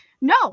no